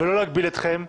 ולא להגביל אתכם,